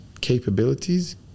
capabilities